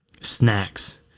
snacks